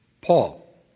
Paul